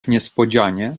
niespodzianie